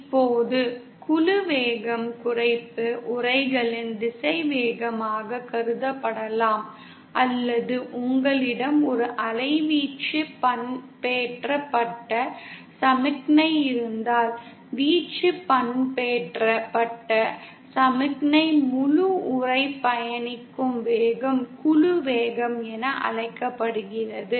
இப்போது குழு வேகம் குறைப்பு உறைகளின் திசைவேகமாகக் கருதப்படலாம் அல்லது உங்களிடம் ஒரு அலைவீச்சு பண்பேற்றப்பட்ட சமிக்ஞை இருந்தால் வீச்சு பண்பேற்றபட்ட சமிக்ஞை முழு உறை பயணிக்கும் வேகம் குழு வேகம் என அழைக்கப்படுகிறது